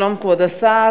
שלום, כבוד השר.